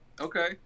Okay